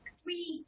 three